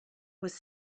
was